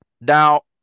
Now